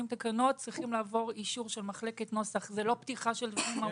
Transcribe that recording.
צריכים לעבור אישור של מחלקת נוסח לפני שמניחים תקנות.